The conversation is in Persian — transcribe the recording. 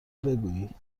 بگویی